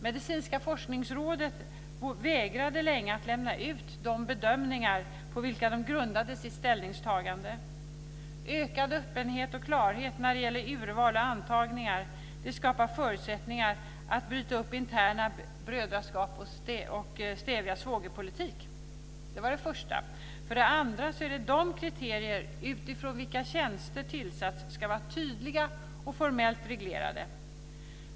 Medicinska forskningsrådet vägrade länge att lämna ut de bedömningar på vilka det grundade sina ställningstaganden. Ökad öppenhet och klarhet när det gäller urval och antagningar skapar förutsättningar för att bryta upp interna brödraskap och stävja svågerpolitik. För det andra ska de kriterier utifrån vilka tjänster tillsätts vara tydliga och formellt reglerade.